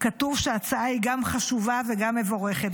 כתוב שההצעה היא גם חשובה וגם מבורכת.